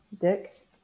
Dick